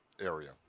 area